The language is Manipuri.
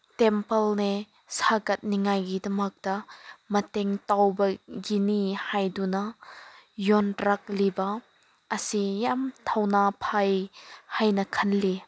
ꯇꯦꯝꯄꯜꯅꯦ ꯁꯥꯒꯠꯅꯤꯡꯉꯥꯏꯒꯤꯗꯃꯛꯇ ꯃꯇꯦꯡ ꯇꯧꯕꯒꯤꯅꯤ ꯍꯥꯏꯗꯨꯅ ꯌꯣꯟꯔꯛꯂꯤꯕ ꯑꯁꯤ ꯌꯥꯝ ꯊꯧꯅꯥ ꯐꯩ ꯍꯥꯏꯅ ꯈꯜꯂꯤ